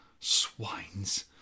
swines